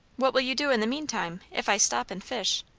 what will you do in the meantime, if i stop and fish?